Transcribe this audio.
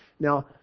Now